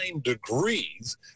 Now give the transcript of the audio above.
degrees